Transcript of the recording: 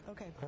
Okay